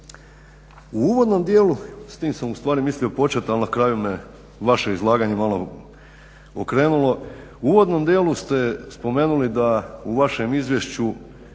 U uvodnom dijelu s tim sam u stvari mislio početi, ali na kraju me vaše izlaganje malo okrenulo. U uvodnom dijelu ste spomenuli da u vašem izvješću